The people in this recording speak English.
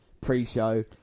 pre-show